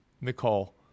Nicole